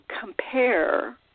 compare